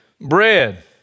bread